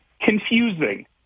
confusing